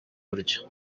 buryo